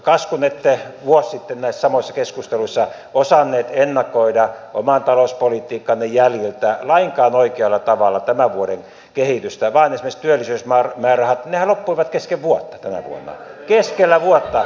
kas kun ette vuosi sitten näissä samoissa keskusteluissa osanneet ennakoida oman talouspolitiikkanne jäljiltä lainkaan oikealla tavalla tämän vuoden kehitystä vaan esimerkiksi työllisyysmäärärahathan loppuivat kesken vuotta tänä vuonna keskellä vuotta